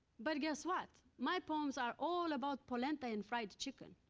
but guess what? my poems are all about polenta and fried chicken.